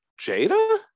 jada